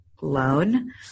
loan